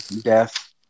death